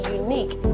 unique